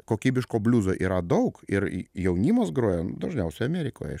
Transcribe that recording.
kokybiško bliuzo yra daug ir jaunimas groja dažniausiai amerikoje